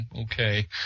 okay